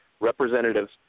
representatives